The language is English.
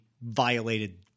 violated